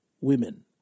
women